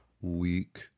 week